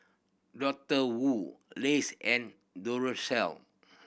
Doctor Wu Lays and Duracell